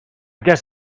guess